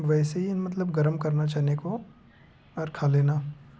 वैसे ही मतलब गर्म करना चने को पर खा लेना